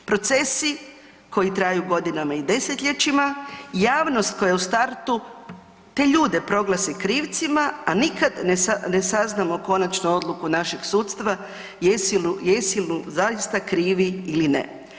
Procesi koji traju godinama i desetljećima, javnost koja u startu te ljude proglasi krivcima, a nikad ne saznamo konačnu odluku našeg sudstva jesu li zaista krivi ili ne.